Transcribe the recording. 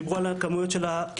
דיברו על הכמויות של הכלים.